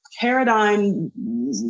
paradigm